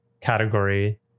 category